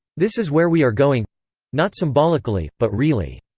this is where we are going not symbolically, but really.